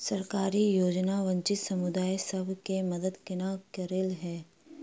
सरकारी योजना वंचित समुदाय सब केँ मदद केना करे है?